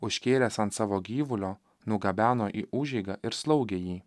užkėlęs ant savo gyvulio nugabeno į užeigą ir slaugė jį